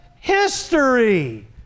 history